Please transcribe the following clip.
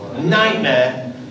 nightmare